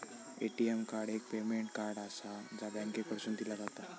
ATM card एक payment card आसा, जा बँकेकडसून दिला जाता